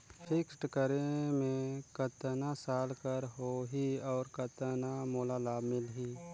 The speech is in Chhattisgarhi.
फिक्स्ड करे मे कतना साल कर हो ही और कतना मोला लाभ मिल ही?